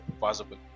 possible